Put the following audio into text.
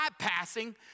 bypassing